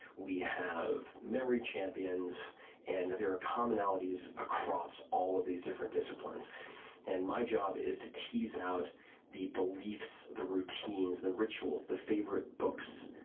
we have memory champions and there are commonalities across all of these different disciplines and my job is to tease out the beliefs, the routines, the rituals, the favorite books,